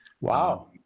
Wow